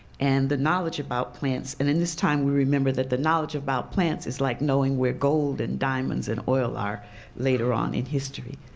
and the knowledge about plants. and in this time we remember that the knowledge about plants is like knowing where gold, and diamonds, and oil are later on in history.